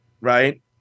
Right